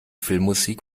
filmmusik